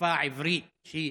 והשפה העברית, שהיא